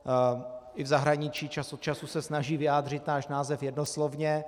I v zahraničí čas od času se snaží vyjádřit náš název jednoslovně.